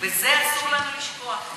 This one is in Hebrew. ואת זה אסור לנו לשכוח.